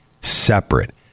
separate